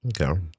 Okay